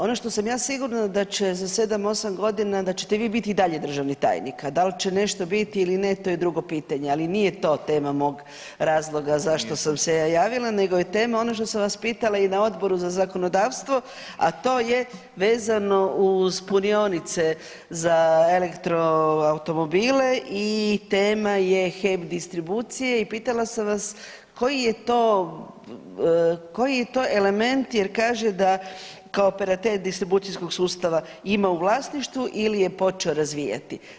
Ono što sam ja sigurna da će za 7-8.g. da ćete vi biti i dalje državni tajnik, a dal će nešto biti ili ne to je drugo pitanje, ali nije to tema mog razloga zašto sam se ja javila nego je tema ono što sam vas pitala i na Odboru za zakonodavstvo, a to je vezano uz punionice za elektro automobile i tema je HEP distribucije i pitala sam vas koji je to, koji je to element jer kaže da kao operater distribucijskog sustava ima u vlasništvu ili je počeo razvijati.